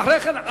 ואחרי כן,